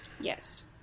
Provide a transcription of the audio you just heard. yes